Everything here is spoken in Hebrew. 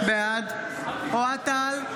בעד אוהד טל,